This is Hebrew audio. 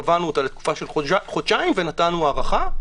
קבענו לתקופה של חודשיים ונתנו הארכה.